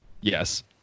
Yes